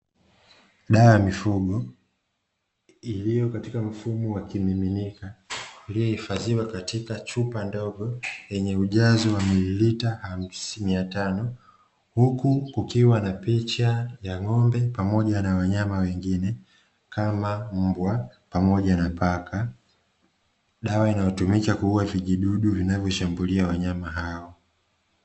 Dawa ya mifugo katika chupa ndogo yenye ujazo wa mililita hamsini ya tano, huku kukiwa na picha ya ng'ombe pamoja na wanyama wengine kama mbwa pamoja na paka, dawa inayotumika kuua vijidudu vinavyoshambulia wanyama hao.